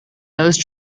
those